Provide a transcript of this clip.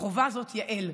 חווה זאת יעל ברזילי.